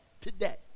today